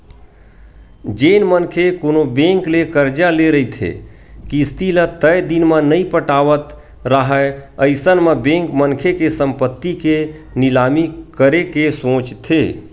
जेन मनखे कोनो बेंक ले करजा ले रहिथे किस्ती ल तय दिन म नइ पटावत राहय अइसन म बेंक मनखे के संपत्ति के निलामी करे के सोचथे